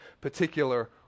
particular